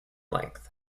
length